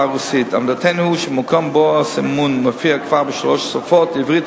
עמדתנו היא שבמקום שבו הסימון מופיע כבר בשלוש שפות: עברית,